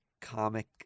comic